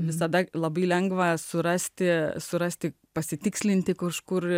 visada labai lengva surasti surasti pasitikslinti kažkur